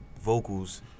vocals